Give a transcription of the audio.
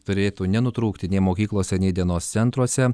turėtų nenutrūkti nei mokyklose nei dienos centruose